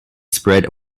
spread